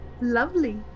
Lovely